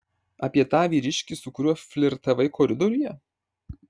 apie tą vyriškį su kuriuo flirtavai koridoriuje